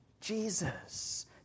Jesus